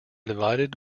divided